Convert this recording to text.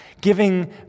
giving